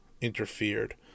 interfered